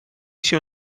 się